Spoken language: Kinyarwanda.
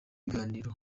ikiganiro